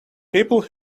people